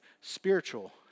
spiritual